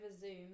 Zoom